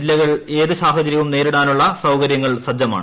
ജില്ലകളിൽ ഏത് സാഹചര്യവും നേരിടാനുള്ള സൌകര്യങ്ങൾ സജ്ജമാണ്